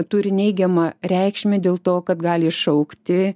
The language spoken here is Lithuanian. turi neigiamą reikšmę dėl to kad gali iššaukti